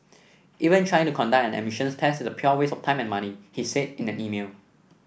even trying to conduct an emissions test is a pure waste of time and money he said in an email